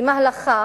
במהלכה